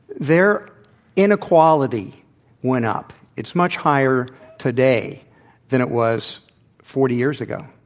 their inequality went up. it's much higher today than it was forty years ago.